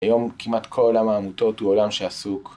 היום כמעט כל עולם העמותות הוא עולם שעסוק.